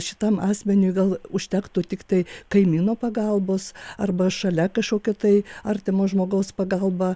šitam asmeniui gal užtektų tiktai kaimyno pagalbos arba šalia kažkokio tai artimo žmogaus pagalba